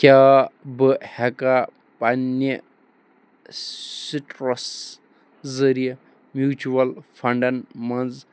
کیٛاہ بہٕ ہٮ۪کا پنٛنہِ سٕٹرَس ذٔریعہٕ میوٗچوَل فنٛڈَن منٛز